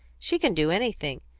she can do anything.